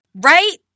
Right